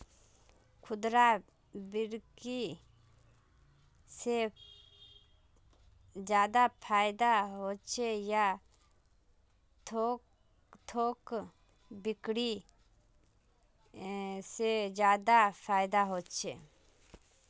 खुदरा बिक्री से ज्यादा फायदा होचे या थोक बिक्री से ज्यादा फायदा छे?